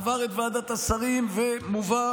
עבר את ועדת השרים לחקיקה ומובא